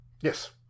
yes